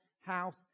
house